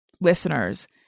listeners